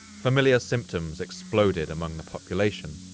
familiar symptoms exploded among the population.